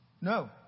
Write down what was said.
No